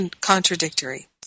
contradictory